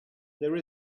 there